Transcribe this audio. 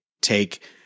take